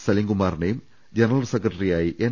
സലീംകുമാ റിനെയും ജനറൽ സെക്രട്ടറിയായി എൻ